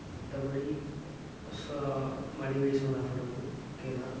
மற்றபடி சா money wise வந்து அஃபோர்டபுள் ஓகே தான்